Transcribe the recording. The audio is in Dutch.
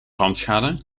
brandschade